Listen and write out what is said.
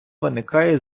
виникає